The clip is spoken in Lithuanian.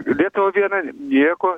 lietuva viena nieko